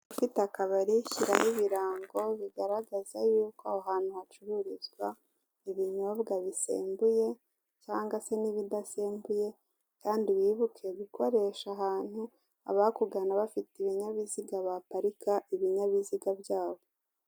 Ufite akabari shyiraho ibirango bigaragaza yuko aho hantu hacururizwa ibinyobwa bisembuye cyangwa se n'ibidasembuye kandi wibuke gukoresha ahantu abakugana bafite ibinyabiziga baparika ibinyabiziga byabo.